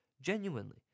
Genuinely